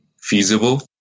feasible